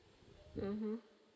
mmhmm